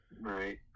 right